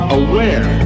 aware